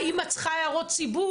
האם הן צריכות הערות ציבור.